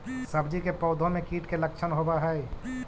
सब्जी के पौधो मे कीट के लच्छन होबहय?